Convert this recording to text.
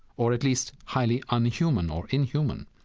or at least highly unhuman or inhuman.